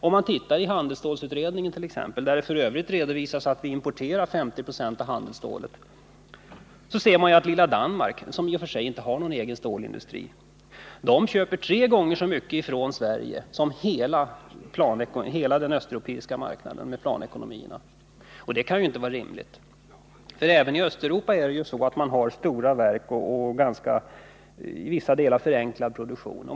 Studerar man handelsstålsutredningen, där det f. ö. redovisas att vi importerar 50 90 av handelsstålet, finner man att lilla Danmark, som i och för sig inte har någon egen stålindustri, köper tre gånger så mycket från Sverige som hela den östeuropeiska marknaden med planekonomierna gör. Det kan inte vara rimligt. Även i Östeuropa har man stora stålverk och i vissa delar ganska förenklad produktion.